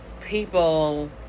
people